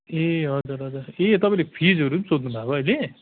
ए हजुर हजुर ए तपाईँले फिसहरू पनि सोध्नुभएको अहिले